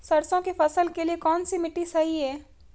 सरसों की फसल के लिए कौनसी मिट्टी सही हैं?